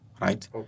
right